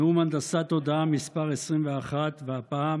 נאום הנדסת תודעה מס' 21, והפעם